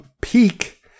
peak